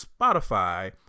spotify